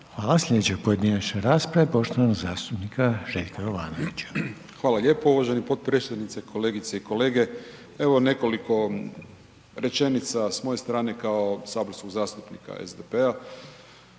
Hvala. Sljedeća pojedinačna rasprava je poštovanog zastupnika Željka Jovanovića. **Jovanović, Željko (SDP)** Hvala lijepo uvaženi potpredsjedniče, kolegice i kolege. Evo nekoliko rečenica sa moje strane kao saborskog zastupnika SDP-a.